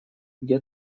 где